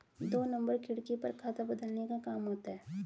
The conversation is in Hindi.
दो नंबर खिड़की पर खाता बदलने का काम होता है